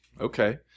Okay